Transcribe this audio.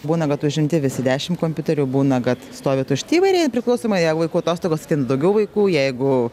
būna bet užimti visi dešimt kompiuterių būna kad stovi tušti įvairiai priklausomai jeigu vaikų atostogos ten daugiau vaikų jeigu